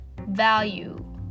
value